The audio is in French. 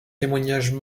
témoignages